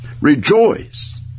rejoice